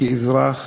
כאזרח,